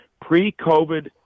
pre-COVID